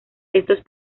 estos